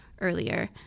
earlier